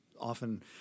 often